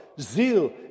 Zeal